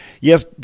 Yes